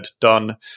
done